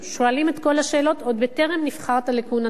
שואלים את כל השאלות עוד בטרם נבחרת לכהונתך,